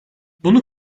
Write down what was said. bunu